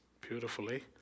beautifully